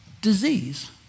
disease